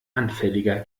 anfälliger